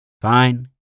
Fine